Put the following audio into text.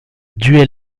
duel